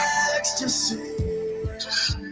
ecstasy